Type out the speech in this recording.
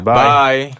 bye